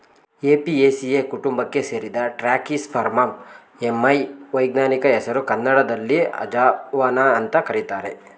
Apiaceae ಕುಟುಂಬಕ್ಕೆ ಸೇರಿದ Trachyspermum ammi ವೈಜ್ಞಾನಿಕ ಹೆಸರು ಕನ್ನಡದಲ್ಲಿ ಅಜವಾನ ಅಂತ ಕರೀತಾರೆ